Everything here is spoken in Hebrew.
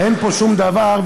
אין פה שום דבר,